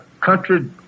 country